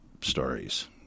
stories